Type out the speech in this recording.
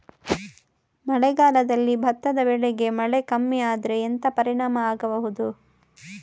ಮಳೆಗಾಲದಲ್ಲಿ ಭತ್ತದ ಬೆಳೆಗೆ ಮಳೆ ಕಮ್ಮಿ ಆದ್ರೆ ಎಂತ ಪರಿಣಾಮ ಆಗಬಹುದು?